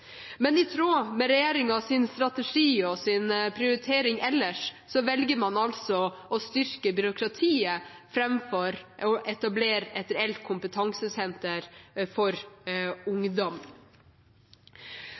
Men i tråd med regjeringens strategi og prioritering ellers velger man altså å styrke byråkratiet framfor å etablere et reelt kompetansesenter for